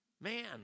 Man